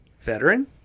veteran